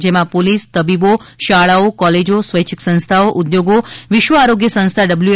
જેમાં પોલીસ તબીબો શાળાઓ કોલેજો સ્વૈચ્છિક સંસ્થાઓ ઉદ્યોગો વિશ્વ આરોગ્ય સંસ્થા ડબલ્યુ